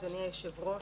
אדוני היושב-ראש,